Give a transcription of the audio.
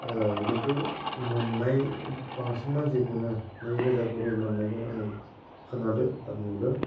खिन्थु मोननाय बांसिन मानसिखौनो नैरोजा खरि मोननायखौ आं खोनादों आरो नुदों